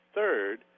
Third